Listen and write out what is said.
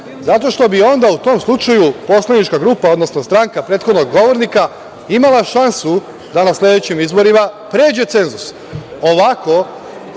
Zato što bi onda u tom slučaju poslanička grupa, odnosno stranka prethodnog govornika imala šansu da na sledećim izborima pređe cenzus. Ovako,